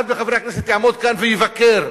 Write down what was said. אחד מחברי הכנסת יעמוד כאן ויבקר,